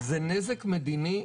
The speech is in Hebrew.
זה נזק מדיני,